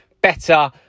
better